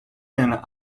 and